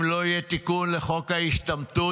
אם לא יהיה תיקון לחוק ההשתמטות,